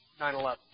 9-11